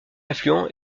affluent